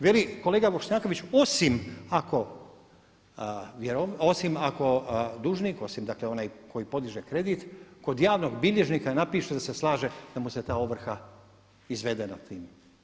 Veli kolega Bošnjaković osim ako dužnik, osim dakle onaj koji podiže kredit kod javnog bilježnika ne napiše da se slaže da mu se ta ovrha izvede nad tim.